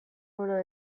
hona